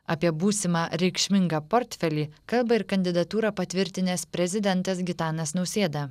apie būsimą reikšmingą portfelį kalba ir kandidatūrą patvirtinęs prezidentas gitanas nausėda